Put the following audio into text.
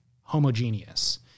homogeneous